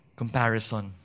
Comparison